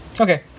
Okay